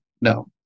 no